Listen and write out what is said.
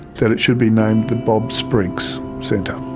that it should be named the bob spriggs centre.